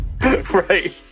Right